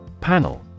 Panel